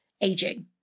aging